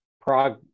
prog